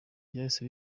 byahise